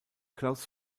klaus